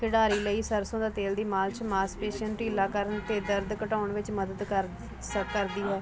ਖਿਡਾਰੀ ਲਈ ਸਰਸੋਂ ਦਾ ਤੇਲ ਦੀ ਮਾਲਿਸ਼ ਮਾਸਪੇਸ਼ੀਆਂ ਢਿੱਲਾ ਕਰਨ ਅਤੇ ਦਰਦ ਘਟਾਉਣ ਵਿੱਚ ਮਦਦ ਕਰਦੀ ਸਕ ਕਰਦੀ ਹੈ